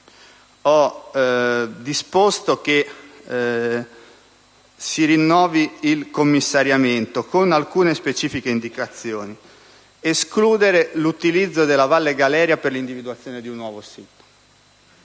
ho disposto che si rinnovi il commissariamento, con alcune specifiche indicazioni: escludere l'utilizzo della Valle Galeria per l'individuazione di un nuovo sito,